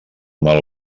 mal